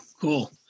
Cool